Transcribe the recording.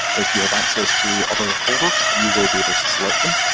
if you have access to other ah folders you will be able to select them.